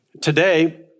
Today